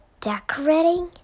decorating